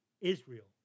Israel